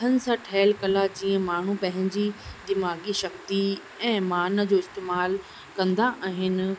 हथनि सां ठहियलु कला जीअं माण्हू पंहिंजी दिमाग़ी शक्ति ऐं मान जो इस्तमालु कंदा आहिनि